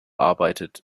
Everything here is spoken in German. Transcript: arbeitet